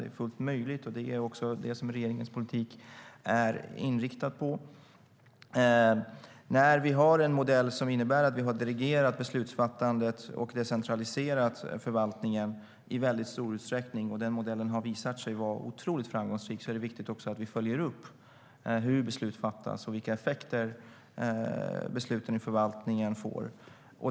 Det är fullt möjligt, och det är också det som regeringens politik är inriktad på. När vi har en modell som innebär att vi har delegerat beslutsfattandet och decentraliserat förvaltningen i stor utsträckning och när den modellen har visat sig vara otroligt framgångsrik är det viktigt att vi också följer upp hur beslut fattas och vilka effekter besluten i förvaltningen får.